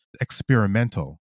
experimental